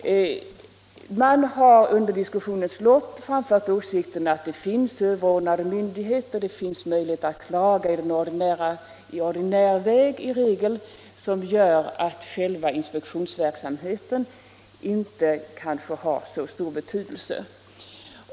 Man har under diskussionens gång framfört åsikten att det i regel finns möjligheter att klaga hos överordnade myndigheter, vilket gör att själva inspektionsverksamheten kanske inte har så stor betydelse.